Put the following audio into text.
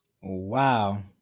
Wow